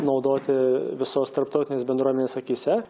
naudoti visos tarptautinės bendruomenės akyse